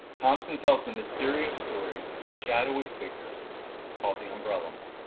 thompson tells the mysterious story of a shadowy figure call the umbrella man.